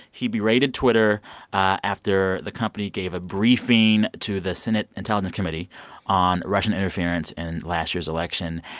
he berated twitter after the company gave a briefing to the senate intelligence committee on russian interference in last year's election.